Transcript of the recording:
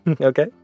okay